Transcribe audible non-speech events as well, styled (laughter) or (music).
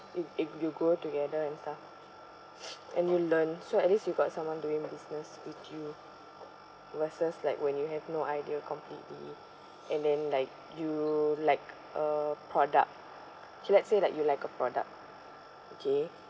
you if you go together and stuff (noise) and you learn so at least you got someone doing business with you versus like when you have no idea completely and then like you like uh product okay let's say like you like a product okay